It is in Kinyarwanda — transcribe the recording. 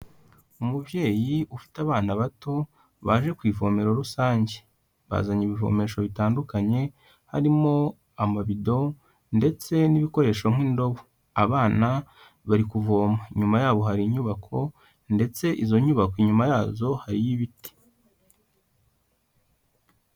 Umubyeyi ufite abana bato, baje ku ivomero rusange. Bazanye ibivomesho bitandukanye, harimo amabido ndetse n'ibikoresho nk'indobo. |Abana bari kuvoma. Inyuma yabo hari inyubako, ndetse izo nyubako inyuma yazo hariyo ibiti.